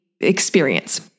experience